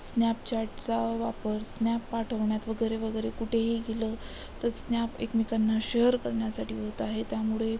स्न्यॅपचॅटचा वापर स्नॅप पाठवण्यात वगैरे वगैरे कुठेही गेलं तर स्न्याप एकमेकांना शेअर करण्यासाठी होत आहे त्यामुळे